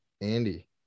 Andy